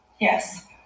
Yes